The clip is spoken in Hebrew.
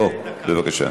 בוא, בבקשה.